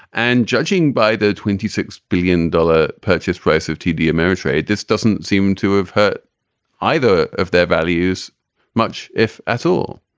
and judging by the twenty six billion dollars dollar purchase price of tv ameritrade this doesn't seem to have hurt either of their values much, if at all